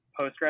Postgres